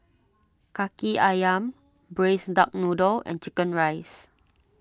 Kaki Ayam Braised Duck Noodle and Chicken Rice